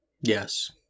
Yes